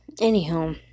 Anyhow